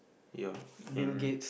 ya and